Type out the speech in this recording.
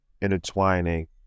intertwining